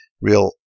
real